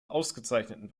ausgezeichneten